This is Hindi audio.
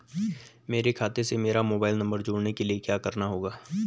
मेरे खाते से मेरा मोबाइल नम्बर जोड़ने के लिये क्या करना होगा?